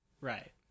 Right